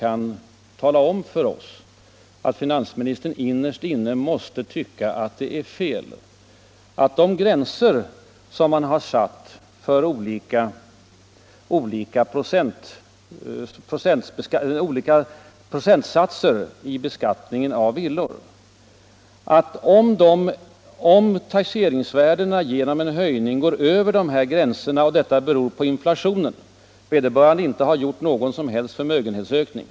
Han borde ju kunna tala om för oss att han innerst inne tycker att det är fel att de gränser som han har satt för olika procentsatser vid beskattningen av villor skall leda till dubbla skatteskärpningar enbart på grund av inflationen. Vederbörande har ju inte fått någon som helst förmögenhetsökning.